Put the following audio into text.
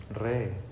rey